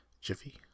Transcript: jiffy